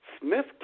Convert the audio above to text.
Smith